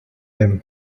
them